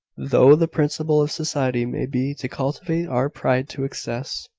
though the principle of society may be to cultivate our pride to excess,